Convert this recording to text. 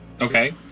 Okay